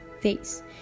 face